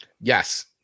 yes